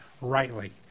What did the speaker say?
rightly